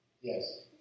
Yes